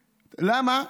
למה?